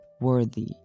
worthy